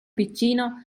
piccino